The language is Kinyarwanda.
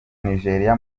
nigeria